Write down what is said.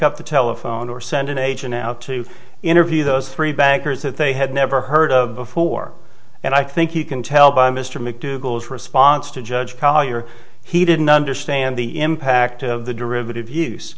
up the telephone or send an agent out to interview those three bankers that they had never heard of before and i think you can tell by mr mcdougal's response to judge collier he didn't understand the impact of the derivative